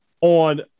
on